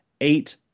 eight